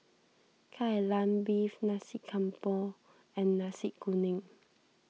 Kai Lan Beef Nasi Campur and Nasi Kuning